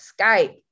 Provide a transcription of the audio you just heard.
skype